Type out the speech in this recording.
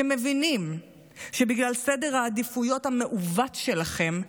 שמבינים שבגלל סדר העדיפויות המעוות שלכם,